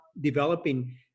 developing